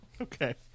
Okay